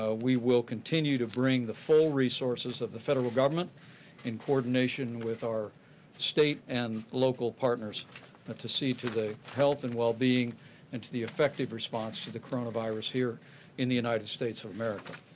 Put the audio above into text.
ah we will continue to bring the full resources of the federal government in coordination with our state and local partners but to see to the health and well-being and to the effective response to the coronavirus here in the united states of america.